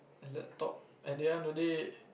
laptop at the end of day